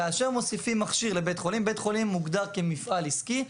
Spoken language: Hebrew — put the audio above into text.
כאשר מוסיפים מכשיר לבית חולים בית החולים מוגדר כמפעל עסקי.